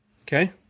Okay